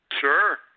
Sure